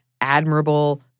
admirable